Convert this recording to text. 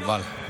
חבל.